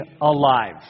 alive